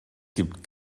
gibt